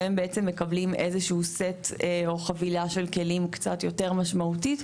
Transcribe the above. שהם בעצם מקבלים איזה שהוא סט או חבילה של כלים קצת יותר משמעותית,